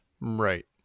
right